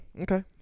Okay